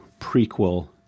prequel